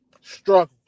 struggled